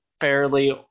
fairly